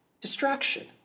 distraction